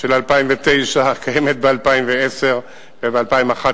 של 2009 קיימת ב-2010 וב-2011.